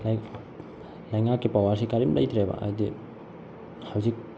ꯂꯩꯉꯥꯛꯀꯤ ꯄꯥꯋꯥꯔꯁꯦ ꯀꯔꯤꯝ ꯂꯩꯇ꯭ꯔꯦꯕ ꯍꯥꯏꯗꯤ ꯍꯧꯖꯤꯛ